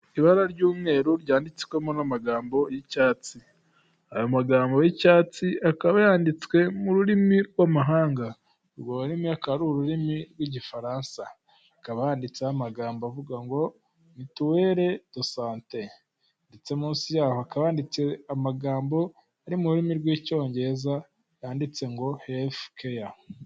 Ibara ry'umweru ryanditswemo n'amagambo y'icyatsi aya magambo y'icyatsi akaba yanditswe mu rurimi rw'amahanga urwo rurimi aka ari ururimi rw'Igifaransa hakaba handitseho amagambo avuga ngo mituwele do sante ndetse munsi yaho kanditse amagambo ari mu rurimi rw'Icyongereza yanditse ngo hefu keya.